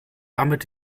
damit